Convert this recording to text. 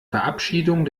verabschiedung